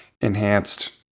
enhanced